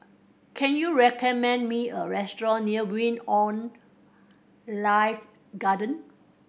can you recommend me a restaurant near Wing On Life Garden